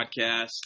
podcast